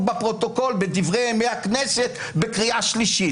בפרוטוקול בדברי ימי הכנסת בקריאה שלישית,